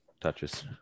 touches